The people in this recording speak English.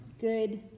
good